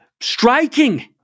striking